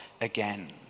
again